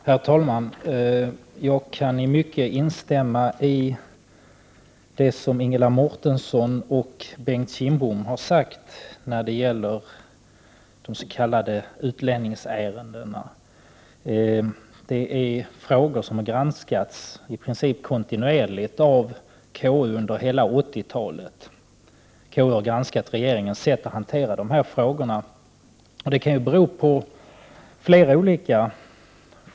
Herr talman! Jag kan instämma i mycket av det som Ingela Mårtensson och Bengt Kindbom har sagt beträffande de s.k. utlänningsärendena. Det är i princip frågor som kontinuerligt har granskats av konstitutionsutskottet under hela 1980-talet. Konstitutionsutskottet har granskat regeringens sätt att hantera frågorna.